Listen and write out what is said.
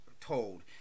told –